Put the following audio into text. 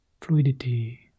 fluidity